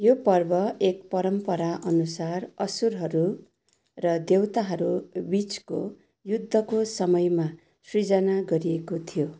यो पर्व एक परम्परा अनुसार असुरहरू र देवताहरू बिचको युद्धको समयमा सिर्जना गरिएको थियो